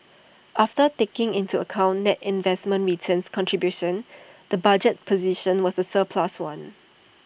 after taking into account net investment returns contribution the budget position was A surplus one